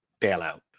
bailout